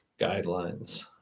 guidelines